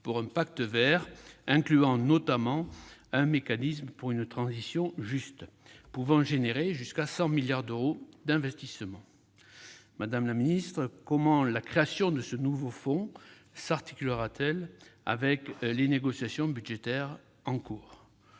pour un « pacte vert », incluant notamment un « mécanisme pour une transition juste » pouvant engendrer jusqu'à 100 milliards d'euros d'investissements. Madame la secrétaire d'État, comment la création de ce nouveau fonds s'articulera-t-elle avec les négociations budgétaires en cours ?